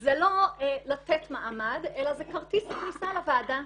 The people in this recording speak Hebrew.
זה לא לתת מעמד אלא זה כרטיס כניסה לוועדה,